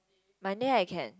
Monday I can